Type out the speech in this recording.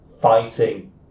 fighting